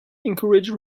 encourage